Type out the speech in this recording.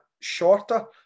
shorter